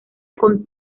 con